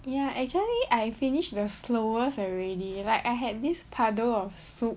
ya actually I finished the slowest already like I had this puddle of soap